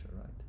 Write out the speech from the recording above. right